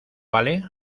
vale